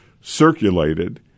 circulated